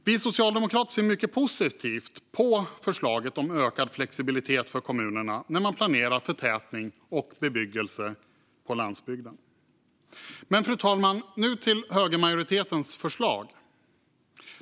Vi socialdemokrater ser mycket positivt på förslaget om ökad flexibilitet för kommunerna när man planerar förtätning och bebyggelse på landsbygden. Fru talman! Jag ska nu gå över till högermajoritetens förslag.